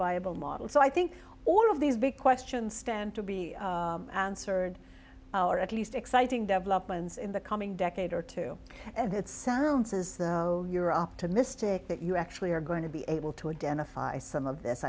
viable model so i think all of these big questions stand to be answered our at least exciting developments in the coming decade or two and it sounds as though you're optimistic that you actually are going to be able to identify some of this